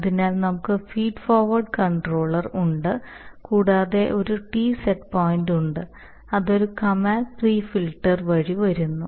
അതിനാൽ നമുക്ക് feed forward controller ഉണ്ട് കൂടാതെ ഒരു T സെറ്റ് പോയിൻറ് ഉണ്ട് അത് ഒരു കമാൻഡ് പ്രീ ഫിൽറ്റർ വഴി വരുന്നു